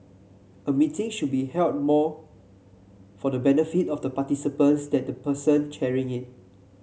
a meeting should be held more for the benefit of the participants than the person chairing it